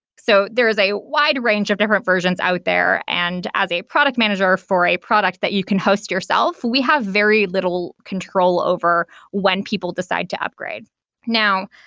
so there is a wide range of different versions out there, and as a product manager for a product that you can host yourself, we have very little control over when people decide to upgrade now,